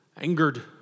angered